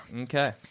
Okay